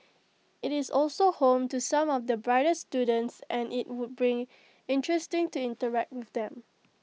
IT is also home to some of the brightest students and IT would be interesting to interact with them